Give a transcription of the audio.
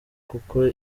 kuko